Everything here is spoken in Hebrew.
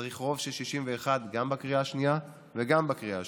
צריך רוב של 61 גם בקריאה השנייה וגם בקריאה השלישית.